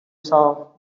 saw